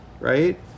right